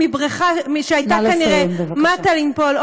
מבריכה שהייתה כנראה מטה ליפול,